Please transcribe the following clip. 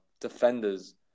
defenders